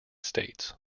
states